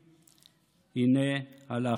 הינה, הלכנו.